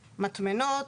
מטמנות,